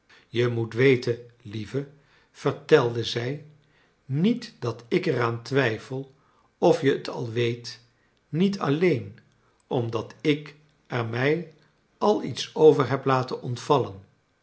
je moet we ten lieve vertelde zij niet dat ik er aan twijfel of je t al weet niet alleen omdat ik er mij al iets over heb laten ontvallen